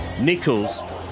Nichols